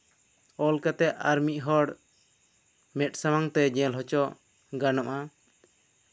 ᱟᱞ ᱠᱟᱛᱮᱫ ᱟᱨ ᱢᱤᱫ ᱦᱚᱲ ᱢᱮᱸᱫ ᱥᱟᱢᱟᱝ ᱛᱮ ᱧᱮᱞ ᱦᱚᱪᱚ ᱜᱟᱱᱚᱜᱼᱟ